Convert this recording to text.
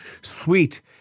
sweet